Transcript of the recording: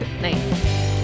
Nice